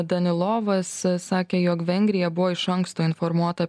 danilovas sakė jog vengrija buvo iš anksto informuota